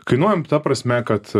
kainuojam ta prasme kad